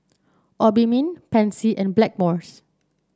Obimin Pansy and Blackmores